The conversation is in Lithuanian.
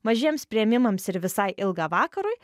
mažiems priėmimams ir visai ilgą vakarui